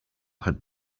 had